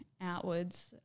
outwards